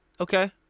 okay